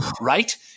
right